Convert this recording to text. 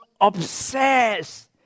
obsessed